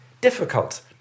difficult